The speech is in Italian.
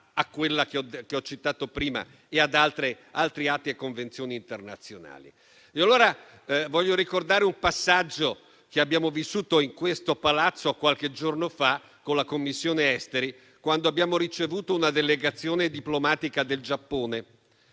a quella che ho citato prima e ad altri atti e convenzioni internazionali. Voglio ricordare un passaggio che abbiamo vissuto in questo Palazzo qualche giorno fa con la Commissione esteri quando abbiamo ricevuto una delegazione diplomatica del Giappone,